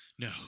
No